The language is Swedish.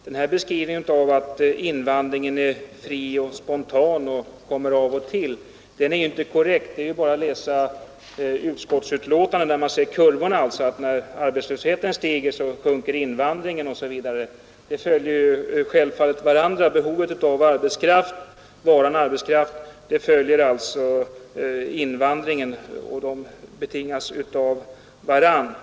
Den här beskrivningen att invandring är fri och spontan och kommer av och till är ju inte korrekt. Det är bara att läsa utskottsbetänkandet, där man ser kurvorna: när arbetslösheten stiger sjunker invandringen osv. Behovet av varan arbetskraft bestämmer invandringen, och dessa faktorer betingas av varandra.